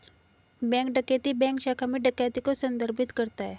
bank डकैती bank शाखा में डकैती को संदर्भित करता है